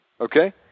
okay